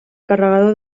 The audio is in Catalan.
carregador